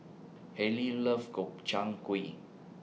Haylie loves Gobchang Gui